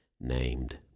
named